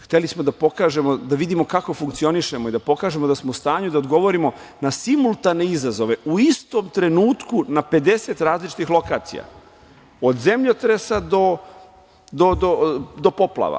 Hteli smo da pokažemo, da vidimo kako funkcionišemo i da pokažemo da smo u stanju da odgovorimo na simultane izazove, u istom trenutku na 50 različitih lokacija, od zemljotresa do poplava.